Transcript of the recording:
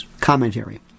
commentary